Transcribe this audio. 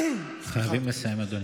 חייבים לסיים, אדוני.